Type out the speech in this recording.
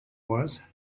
was